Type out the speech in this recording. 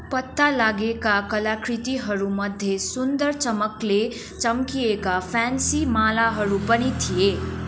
पत्ता लागेका कलाकृतिहरूमध्ये सुन्दर चमकले चम्किएका फ्यान्सी मालाहरू पनि थिए